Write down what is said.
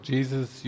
Jesus